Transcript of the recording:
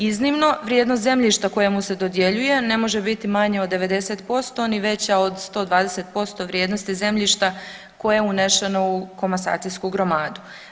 Iznimno, vrijednost zemljišta koje mu se dodjeljuje ne može biti manje od 90% ni veća od 120% vrijednosti zemljišta koje je unešeno u komasacijsku gromadu.